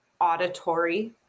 auditory